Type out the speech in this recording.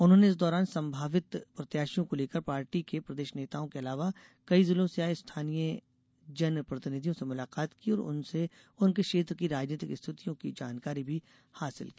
उन्होंने इस दौरान संभावित प्रत्याशियों को लेकर पार्टी के प्रदेश नेताओं के अलावा कई जिलों से आए स्थानीय जन प्रतिनिधियों से मुलाकात की और उनसे उनके क्षेत्र की राजनीतिक स्थितियों की जानकारी भी हासिल की